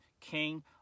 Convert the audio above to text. King